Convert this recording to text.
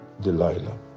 Delilah